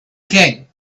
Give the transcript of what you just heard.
king